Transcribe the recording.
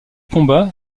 combats